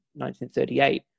1938